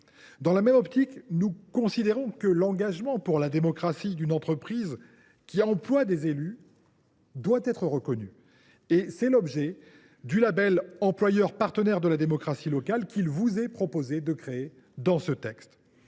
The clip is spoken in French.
Dans la même optique, nous considérons que l’engagement pour la démocratie d’une entreprise qui emploie des élus locaux doit être reconnu. C’est l’objet du label « employeur partenaire de la démocratie locale » que nous proposons de créer. Par ailleurs